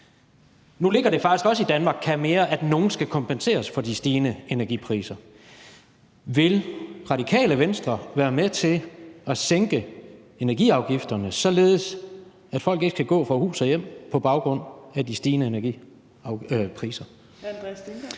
Nu ligger det faktisk også i »Danmark kan mere«, at nogle skal kompenseres for de stigende energipriser. Vil Radikale Venstre være med til at sænke energiafgifterne, således at folk ikke skal gå fra hus og hjem på baggrund af de stigende energipriser?